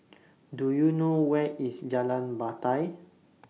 Do YOU know Where IS Jalan Batai